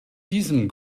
diesem